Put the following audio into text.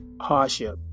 hardship